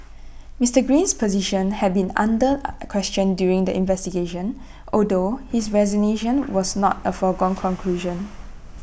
Mister Green's position had been under question during the investigation although his resignation was not A foregone conclusion